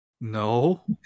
No